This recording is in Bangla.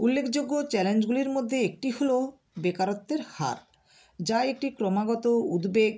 উল্লেখযোগ্য চ্যালেঞ্জগুলির মধ্যে একটি হলো বেকারত্বের হার যা একটি ক্রমাগত উদ্বেগ